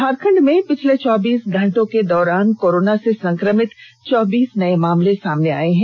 झारखंड में पिछले चौबीस घंटे के दौरान कोरोना से संक्रमित चौबीस नए मामले सामने आए हैं